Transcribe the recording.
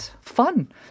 fun